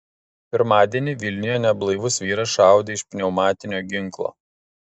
pirmadienį vilniuje neblaivus vyras šaudė iš pneumatinio ginklo